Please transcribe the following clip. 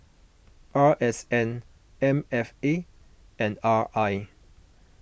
R S N M F A and R I